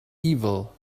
evil